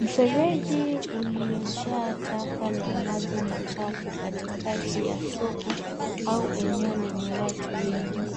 Mfereji uliojaa taka na maji machafu katika soko au eneo lenye watu wengi.